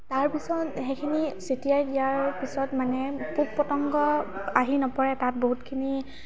তাৰপিছত সেইখিনি ছটিয়াই দিয়াৰ পিছত মানে পোক পতংগ আহি নপৰে তাত বহুতখিনি